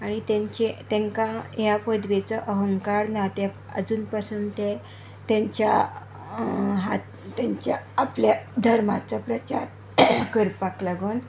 आनी तांचे तांकां ह्या पदवेचो अहंकार ना ते आजून पासून ते तांच्या हात तांच्या आपल्या धर्माचो प्रचार करपाक लागून